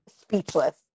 speechless